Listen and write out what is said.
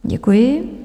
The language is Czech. Děkuji.